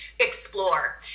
explore